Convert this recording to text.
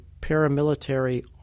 Paramilitary